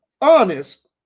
honest